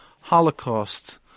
Holocaust